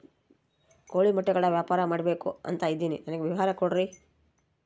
ಕೋಳಿ ಮೊಟ್ಟೆಗಳ ವ್ಯಾಪಾರ ಮಾಡ್ಬೇಕು ಅಂತ ಇದಿನಿ ನನಗೆ ವಿವರ ಕೊಡ್ರಿ?